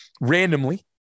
randomly